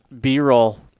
B-roll